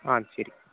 ஆ சரி